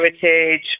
heritage